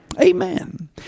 Amen